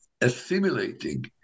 assimilating